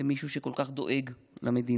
למישהו שכל כך דואג למדינה.